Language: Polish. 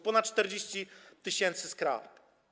Ponad 40 tys. skarg.